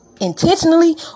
intentionally